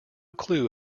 clue